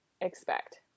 expect